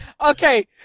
okay